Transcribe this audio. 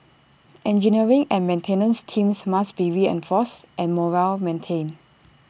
engineering and maintenance teams must be reinforced and morale maintained